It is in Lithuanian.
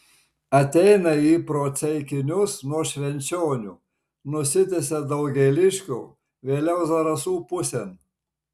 ateina ji pro ceikinius nuo švenčionių nusitęsia daugėliškio vėliau zarasų pusėn